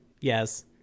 Yes